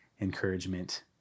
encouragement